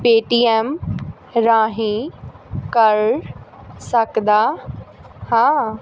Paytm ਰਾਹੀਂ ਕਰ ਸਕਦਾ ਹਾਂ